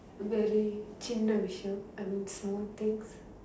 very சின்ன :sinna விஷயம்:vishayam I mean small things